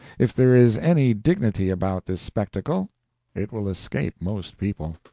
if there is any dignity about this spectacle it will escape most people.